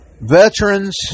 Veterans